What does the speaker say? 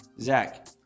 Zach